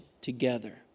together